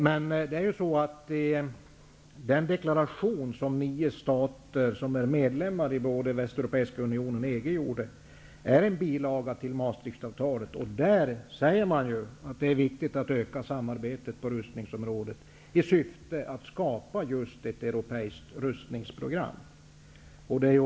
Men den deklaration som nio stater som är medlemmar i både Västeuropeiska unionen och EG gjorde är en bilaga till Maastrichtavtalet, och där säger man ju att det är viktigt att öka samarbetet på rustningsområdet i syfte att skapa just ett europeiskt rustningsprogram.